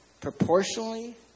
proportionally